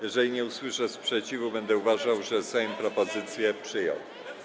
Jeżeli nie usłyszę sprzeciwu, będę uważał, że Sejm propozycję przyjął.